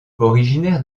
originaire